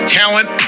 talent